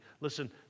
Listen